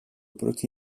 proti